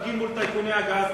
תפגין מול טייקוני הגז.